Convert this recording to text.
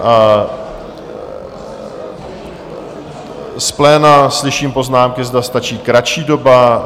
Z pléna slyším poznámky, zda stačí kratší doba.